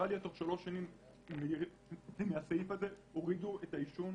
אוסטרליה תוך 3 שנים מהסעיף הזה הורידו את העישון.